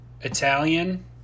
Italian